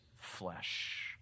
flesh